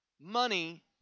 Money